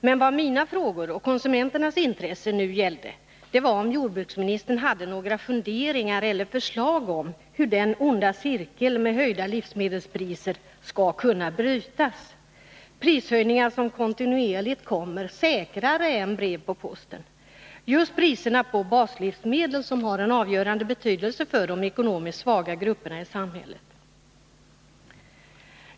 Men vad mina frågor och konsumenternas intresse nu gäller var om jordbruksministern hade några funderingar eller förslag om hur den onda cirkeln med höjda livsmedelspriser skall kunna brytas. Det är prishöjningar som kontinuerligt kommer säkrare än brev på posten. Just priserna på baslivsmedel har en avgörande betydelse för de ekonomiskt svaga grupperna i samhället.